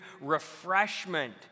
refreshment